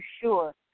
sure